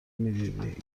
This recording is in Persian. میدیدی